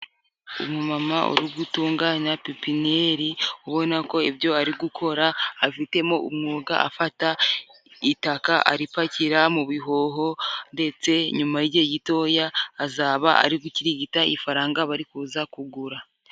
Umu mama uri gutunganya pipinyeri, ubona ko ibyo ari gukora afitemo umwuga. Afata itaka aripakira mu bihoho, ndetse nyuma y'igihe gitoya azaba ari gukirigita, ifaranga bari kuza kugura.